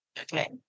Okay